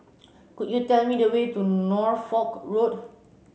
could you tell me the way to Norfolk Road